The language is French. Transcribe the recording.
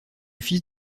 fils